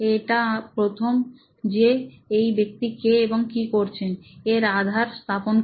এটা প্রথম যে এই ব্যক্তি কে এবং কি করছেনএর আধার স্থাপন করে